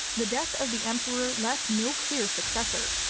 the death of the emperor left no clear successor,